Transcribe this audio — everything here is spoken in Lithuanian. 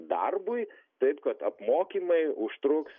darbui taip kad apmokymai užtruks